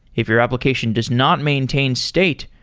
if your application does not maintain state,